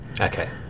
Okay